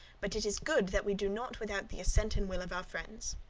but it is good that we do naught without the assent and will of our friends.